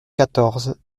quatorze